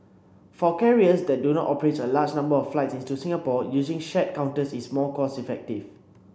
for carriers that do not operate a large number of flights into Singapore using shared counters is more cost effective